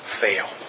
fail